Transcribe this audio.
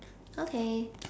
okay